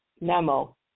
memo